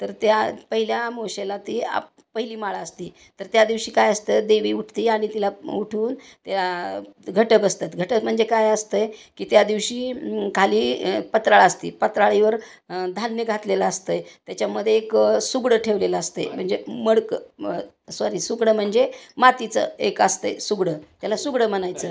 तर त्या पहिल्या आमोशेला ती आप पहिली माळ असती तर त्या दिवशी काय असतं देवी उठते आणि तिला उठवून त्या घटक असतात घटक म्हणजे काय असतंय की त्या दिवशी खाली पत्राळा असती पत्राळीवर धान्य घातलेलं असतंय त्याच्यामध्ये एक सुगडं ठेवलेलं असतंय म्हणजे मडकं सॉरी सुगडं म्हणजे मातीचं एक असते सुगडं त्याला सुगडं म्हणायचं